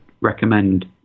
recommend